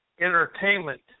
entertainment